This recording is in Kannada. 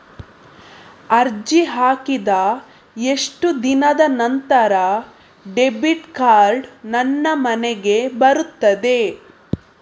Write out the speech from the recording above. ಅರ್ಜಿ ಹಾಕಿದ ಎಷ್ಟು ದಿನದ ನಂತರ ಡೆಬಿಟ್ ಕಾರ್ಡ್ ನನ್ನ ಮನೆಗೆ ಬರುತ್ತದೆ?